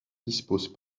dispose